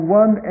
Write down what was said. one